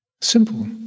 simple